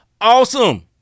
awesome